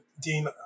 Dean